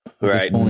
Right